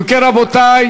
אם כן, רבותי,